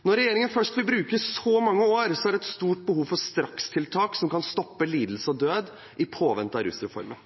Når regjeringen først vil bruke så mange år, er det et stort behov for strakstiltak som kan stoppe lidelse og død i påvente av rusreformen.